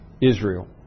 Israel